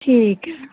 ਠੀਕ ਹੈ